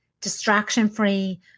distraction-free